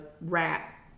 rat